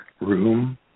room